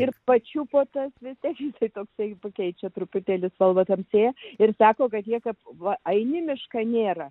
ir pačiupote kviečiai tokiai pakeičia truputėlį spalva tamsėja ir sako kad tiek kad va eini į mišką nėra